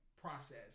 process